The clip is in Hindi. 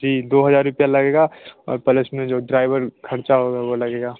जी दो हज़ार रुपया लगेगा और प्लस में जो ड्राइवर खर्चा होगा वह लगेगा